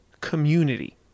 community